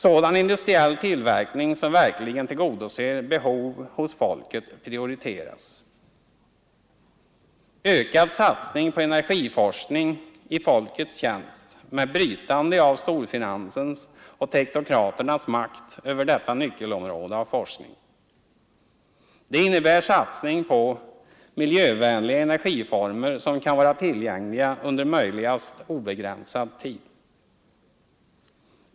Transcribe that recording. Sådan industriell tillverkning som verkligen tillgodoser behov hos folket prioriteras. En ökad satsning görs på energiforskning i folkets tjänst med brytande av storfinansens och teknokraternas makt över detta nyckelområde av forskningen. Det innebär satsning på miljövänliga energiformer som kan vara tillgängliga under om möjligt obegränsad tid.